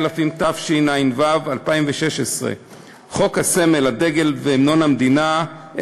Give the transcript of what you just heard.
התשע"ו 2016. חוק הסמל, הדגל והמנון המדינה,